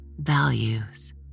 values